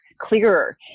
clearer